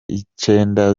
icenda